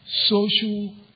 social